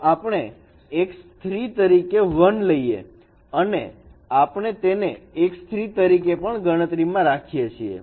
તો આપણે x3 તરીકે 1 લઈએ છીએ અને આપણે તેને x3 તરીકે પણ ગણતરી માં રાખીએ છીએ